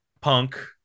punk